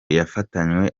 yafatanywe